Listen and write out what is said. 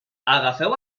agafeu